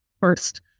first